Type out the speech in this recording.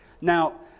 Now